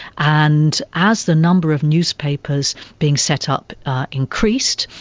and as the number of newspapers being set up increased,